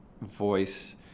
voice